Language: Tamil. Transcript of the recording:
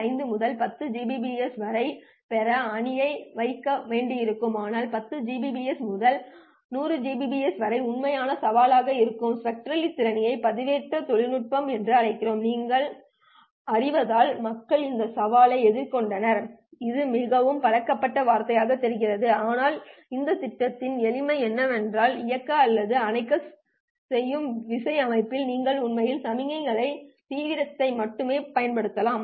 5 முதல் 10 Gbps வரை பெற அயனியை வைக்க வேண்டியிருந்தது ஆனால் 10 Gbps முதல் 100 Gbps வரை உண்மையான சவாலாக இருந்தது ஸ்பெக்ட்ரலி திறமையான பண்பேற்றம் நுட்பங்கள் என்று அழைக்கப்படுவதை நீங்கள் அறிவதால் மக்கள் இந்த சவாலை எதிர்கொண்டனர் இது மிகவும் பழக்கப்பட்ட வார்த்தையாகத் தெரிகிறது ஆனால் இந்த திட்டத்தின் எளிமை என்னவென்றால் இயக்க அல்லது அணைக்க செய்யும் விசை அமைப்பில் நீங்கள் உண்மையில் சமிக்ஞைகளின் தீவிரத்தை மட்டுமே பயன்படுத்தினீர்கள்